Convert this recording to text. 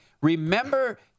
Remember